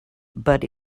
but